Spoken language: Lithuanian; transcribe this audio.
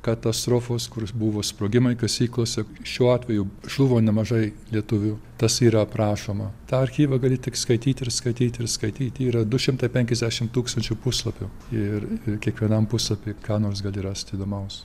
katastrofos kurs buvo sprogimai kasyklose šiuo atveju žuvo nemažai lietuvių tas yra aprašoma tą archyvą gali tik skaityti ir skaityti ir skaityti yra du šimtai penkiasdešim tūkstančių puslapių ir ir kiekvienam puslapy ką nors gali rast įdomaus